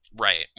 Right